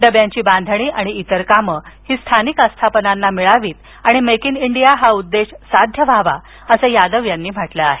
डब्यांची बांधणी आणि इतर कामं ही स्थानिक आस्थापनांना मिळावित आणि मेक इन इंडिया हा उद्देश साध्य व्हावा असं यादव यांनी म्हटलं आहे